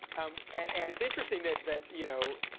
um and and it's interesting that that, you know,